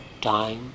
time